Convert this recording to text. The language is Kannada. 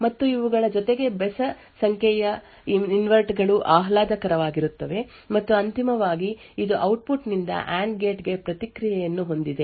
ಮತ್ತು ಇವುಗಳ ಜೊತೆಗೆ ಬೆಸ ಸಂಖ್ಯೆಯ ಇನ್ವರ್ಟರ್ ಗಳು ಆಹ್ಲಾದಕರವಾಗಿರುತ್ತವೆ ಮತ್ತು ಅಂತಿಮವಾಗಿ ಇದು ಔಟ್ಪುಟ್ ನಿಂದ ಆಂಡ್ ಗೇಟ್ ಗೆ ಪ್ರತಿಕ್ರಿಯೆಯನ್ನು ಹೊಂದಿದೆ